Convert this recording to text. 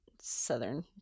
southern